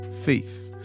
faith